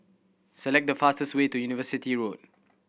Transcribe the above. select the fastest way to University Road